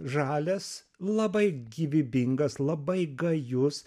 žalias labai gyvybingas labai gajus